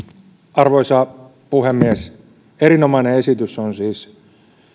arvoisa puhemies erinomainen esitys on siis